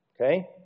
Okay